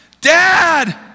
Dad